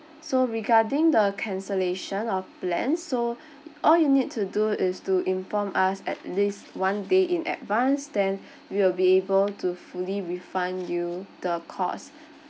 so regarding the cancellation of plan so all you need to do is to inform us at least one day in advance then we'll be able to fully refund you the cost